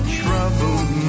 troubled